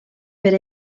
per